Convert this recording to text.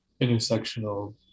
intersectional